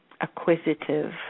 acquisitive